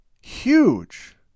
huge